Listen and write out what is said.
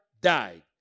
died